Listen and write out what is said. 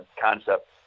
concept